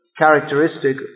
characteristic